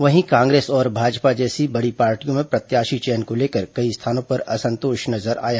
वहीं कांग्रेस और भाजपा जैसी बड़ी पार्टियों में प्रत्याशी चयन को लेकर कई स्थानों पर असंतोष नजर आया